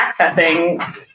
accessing